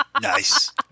Nice